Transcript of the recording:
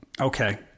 Okay